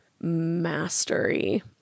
mastery